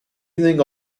evening